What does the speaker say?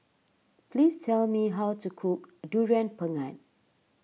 please tell me how to cook Durian Pengat